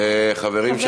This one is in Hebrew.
חברים.